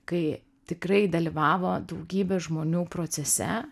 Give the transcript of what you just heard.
kai tikrai dalyvavo daugybė žmonių procese